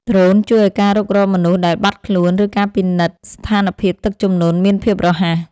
ដ្រូនជួយឱ្យការរុករកមនុស្សដែលបាត់ខ្លួន ឬការពិនិត្យស្ថានភាពទឹកជំនន់មានភាពរហ័ស។